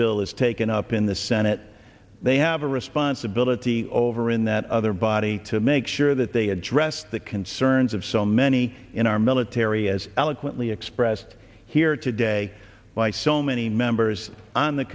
bill is taken up in the senate they have a responsibility over in that other body to make sure that they address the concerns of so many in our military as eloquently expressed here today by so many members on the